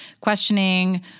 questioning